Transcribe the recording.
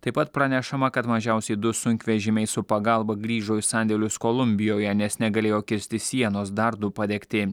taip pat pranešama kad mažiausiai du sunkvežimiai su pagalba grįžo į sandėlius kolumbijoje nes negalėjo kirsti sienos dar du padegti